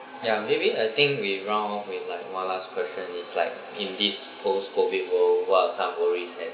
ya maybe I think we round up with like one last question is like in the post COVID world what are the some worries that